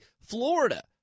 Florida